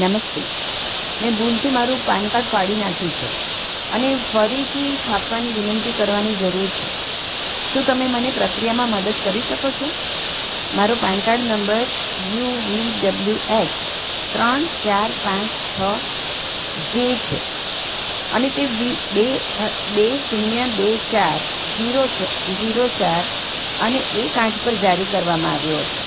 નમસ્તે મેં ભૂલથી મારું પાનકાર્ડ ફાડી નાખ્યું છે અને ફરીથી છાપવાની વિનંતી કરવાની જરૂર છે શું તમે મને પ્રક્રિયામાં મદદ કરી શકો છો મારો PAN card number U V W X ત્રણ ચાર પાંચ છ જે છે અને તે વી બે બે શૂન્ય બે ચાર જીરો ચાર અને એક આઠ પર જારી કરવામાં આવ્યો હતો